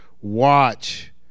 watch